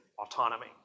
Autonomy